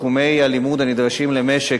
תחומי הלימוד הנדרשים למשק,